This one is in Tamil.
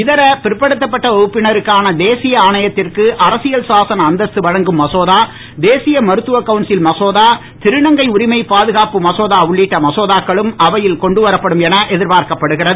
இதர பிற்படுத்தப்பட்ட வகுப்பினருக்கான தேசிய ஆணையத்திற்கு அரசியல் சாசன அந்தஸ்து வழங்கும் மசோதா தேசிய மருத்துவ கவுன்சில் மசோதா திருநங்கை உரிமை பாதுகாப்பு மசோதா உள்ளிட்ட மசோதாக்களும் அவையில் கொண்டு வரப்படும் என எதிர்பார்க்கப்படுகிறது